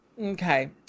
Okay